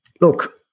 look